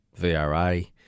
VRA